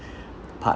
part